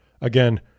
again